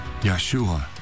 Yeshua